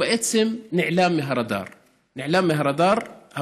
בעצם נעלם מהרדאר הממשלתי,